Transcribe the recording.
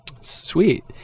Sweet